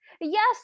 yes